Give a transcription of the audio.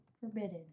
forbidden